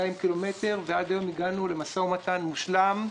קילומטרים ועד היום הגענו למשא ומתן מושלם,